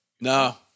No